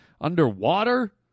underwater